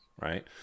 Right